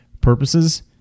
purposes